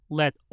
let